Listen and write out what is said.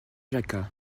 jacquat